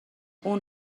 اون